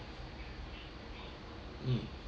mm